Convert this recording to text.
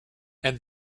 and